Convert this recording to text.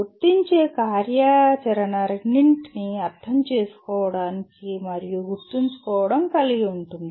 వర్తించే కార్యాచరణ రెండింటినీ అర్థం చేసుకోవడం మరియు గుర్తుంచుకోవడం కలిగి ఉంటుంది